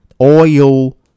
oil